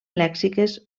lèxiques